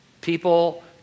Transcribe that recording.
People